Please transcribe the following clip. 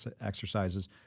exercises